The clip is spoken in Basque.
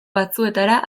batzuetara